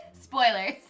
Spoilers